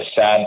sad